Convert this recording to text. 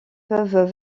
peuvent